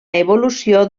evolució